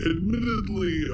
Admittedly